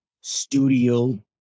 studio